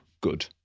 good